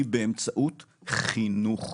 היא באמצעות חינוך,